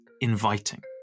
inviting